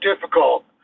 difficult